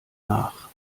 nach